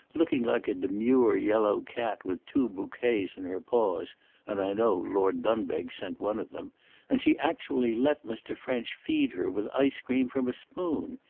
looking like a demure yellow cat with two bouquets in her paws and i know lord dunbeg sent one of them and she actually let mr. french feed her with ice-cream from a spoon.